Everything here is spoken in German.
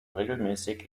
regelmäßig